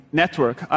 network